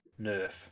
nerf